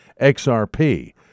XRP